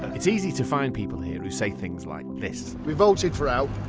it's easy to find people here who say things like this we voted for out.